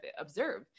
observe